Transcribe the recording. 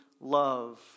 love